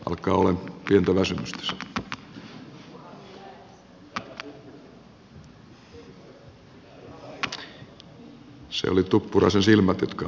alkaa olla pientä väsymystä tässä